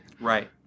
right